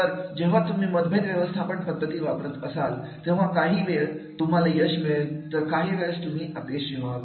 तर जेव्हा तुम्ही मतभेद व्यवस्थापन पद्धती वापरत असाल तेव्हा काही वेळा तुम्हाला यश मिळेल तर काही वेळेस अपयशी व्हाल